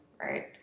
right